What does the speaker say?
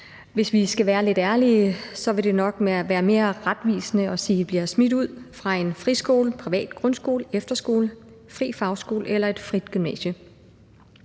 hvis vi skal være ærlige, vil det nok være mere retvisende at sige, at de bliver smidt ud af en friskole, privat grundskole, efterskole, fri fagskole eller et privat gymnasie.